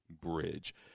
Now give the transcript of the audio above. bridge